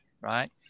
right